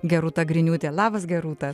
gerūta griniūtė labas gerūta